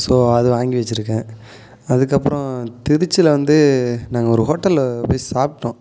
so அது வாங்கி வச்சிருக்கேன் அதுக்கப்புறம் திருச்சியில வந்து நாங்கள் ஒரு ஹோட்டலில் போய் சாப்பிட்டோம்